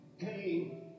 pain